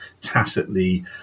tacitly